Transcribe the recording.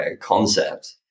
concept